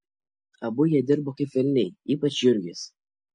abu jie dirbo kaip velniai ypač jurgis